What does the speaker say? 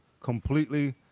completely